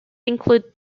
include